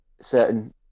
certain